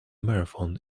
marathon